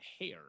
hair